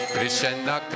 Krishna